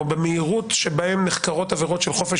או במהירות שבהם נחקרות עבירות של חופש